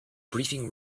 briefing